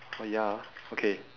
oh ya ah okay